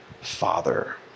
Father